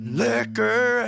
liquor